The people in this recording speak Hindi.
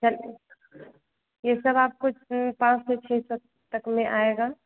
यह सब आपको पाँच सौ छह सौ तक में आएगा